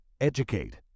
Educate